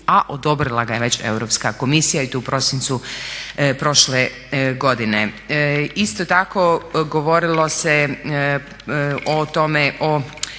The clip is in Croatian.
a odobrila ga je već Europska komisija i to u prosincu prošle godine. Isto tako govorilo se o